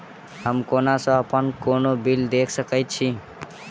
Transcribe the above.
हम कोना कऽ अप्पन कोनो बिल देख सकैत छी?